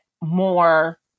more